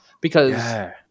because-